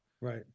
right